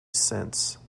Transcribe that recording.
since